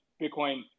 Bitcoin